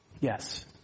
Yes